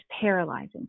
paralyzing